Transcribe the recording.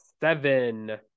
seven